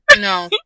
No